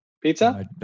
pizza